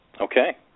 Okay